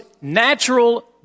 natural